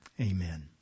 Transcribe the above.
amen